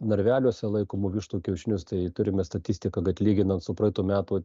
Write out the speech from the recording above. narveliuose laikomų vištų kiaušinius tai turime statistiką kad lyginant su praeitų metų